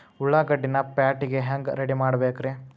ಉಳ್ಳಾಗಡ್ಡಿನ ಪ್ಯಾಟಿಗೆ ಹ್ಯಾಂಗ ರೆಡಿಮಾಡಬೇಕ್ರೇ?